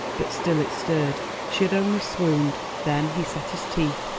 but still it stirred. she had only swooned. then he set his teeth,